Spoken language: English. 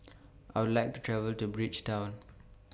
I Would like to travel to Bridgetown